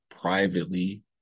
privately